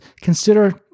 consider